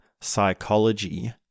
psychology